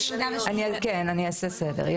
אני אעשה סדר.